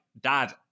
dad